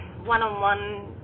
one-on-one